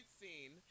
scene